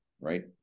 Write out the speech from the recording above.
right